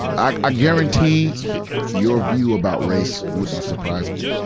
i ah guarantee your view about race wouldn't surprise me,